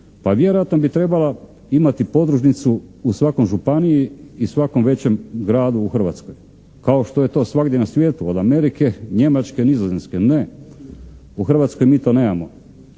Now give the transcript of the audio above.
pa vjerojatno bi trebala imati podružnicu u svakoj županiji i svakom većem gradu u Hrvatskoj kao što je to svagdje na svijetu od Amerike, Njemačke, Nizozemske. Ne. U Hrvatskoj mi to nemamo.